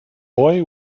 boy